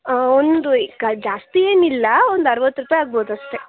ಒಂದು ಜಾಸ್ತಿ ಏನಿಲ್ಲ ಒಂದು ಅರವತ್ತು ರೂಪಾಯಿ ಆಗ್ಬೋದು ಅಷ್ಟೆ